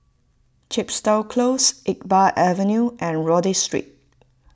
Chepstow Close Iqbal Avenue and Rodyk Street